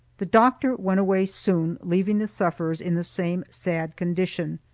the doctor went away soon, leaving the sufferers in the same sad condition.